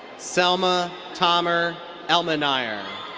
selma tamer elmenayer.